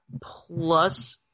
plus